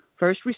First